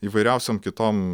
įvairiausiom kitom